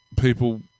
people